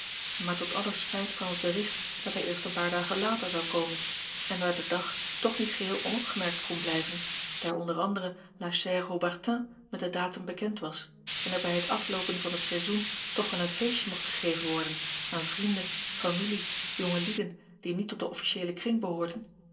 maar tot aller spijt kwam het bericht dat hij eerst een paar dagen later zou komen en daar de dag toch niet geheel onopgemerkt kon blijven daar onder anderen la chère haubertin met den datum bekend was en er bij het afloopen van het seizoen toch wel een feestje mocht gegeven worden aan vrienden familie jongelieden die niet tot den officieelen kring behoorden